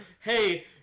hey